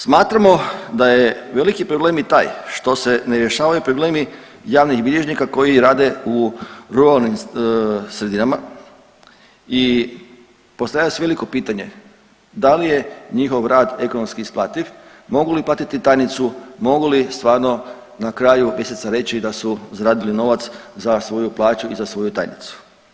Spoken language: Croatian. Smatramo da je veliki problem i taj što se ne rješavaju problemi javnih bilježnika koji rade u ruralnim sredinama i postavlja se veliko pitanje da li je njihov rad ekonomski isplativ, mogu li platiti tajnicu, mogu li stvarno na kraju mjeseca reći da su zaradili novac za svoju plaću i za svoju tajnicu.